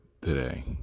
today